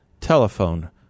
telephone